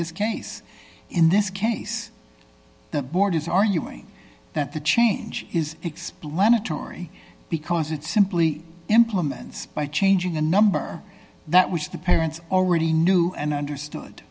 this case in this case the board is arguing that the change is explanatory because it simply implements by changing a number that which the parents already knew and understood